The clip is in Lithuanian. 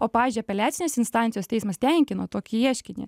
o pavyzdžiui apeliacinės instancijos teismas tenkino tokį ieškinį